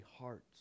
hearts